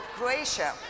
Croatia